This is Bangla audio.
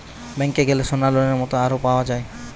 ব্যাংকে গ্যালে সোনার লোনের মত আরো পাওয়া যায়